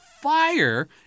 fire